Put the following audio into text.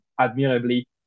admirably